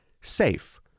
SAFE